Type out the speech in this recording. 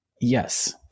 yes